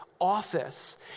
office